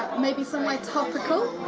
maybe somewhere topical!